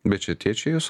bet čia tėčiai juos